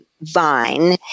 vine